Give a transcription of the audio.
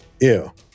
ew